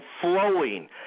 flowing